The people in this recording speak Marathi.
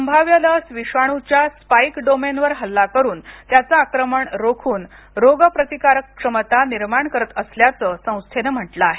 संभाव्य लस विषाणूच्या स्पाइक डोमेनवर हल्ला करून त्याचे आक्रमण रोखून रोगप्रतिकारक क्षमता निर्माण करत असल्याचं संस्थेनं म्हटलं आहे